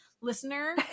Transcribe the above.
listener